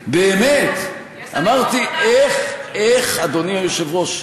באמת, אמרתי, איך, אדוני היושב-ראש,